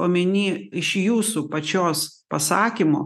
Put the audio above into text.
omeny iš jūsų pačios pasakymo